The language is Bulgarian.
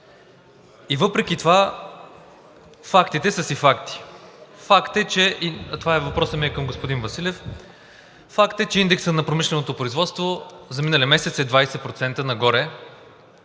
и въпреки това фактите са си факти. Факт е, че индексът на промишленото производство за миналия месец е 20% нагоре.